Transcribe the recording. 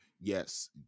yes